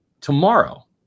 tomorrow